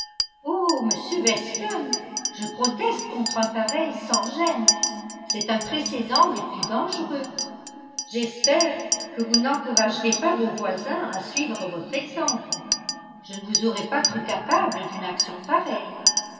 oh m weston je proteste contre un pareil sans gêne c'est un précédent des plus dangereux j'espère que vous n'encouragerez pas vos voisins à suivre votre exemple je ne vous aurais pas cru capable d'une action pareille